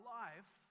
life